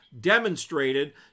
demonstrated